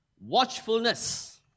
watchfulness